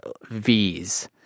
Vs